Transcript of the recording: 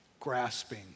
Grasping